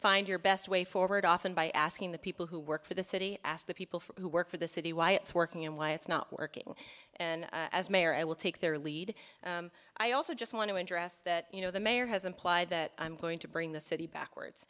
find your best way forward often by asking the people who work for the city ask the people who work for the city why it's working and why it's not working and as mayor i will take their lead i also just want to address that you know the mayor has implied that i'm going to bring the city backwards